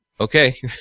okay